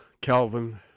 Calvin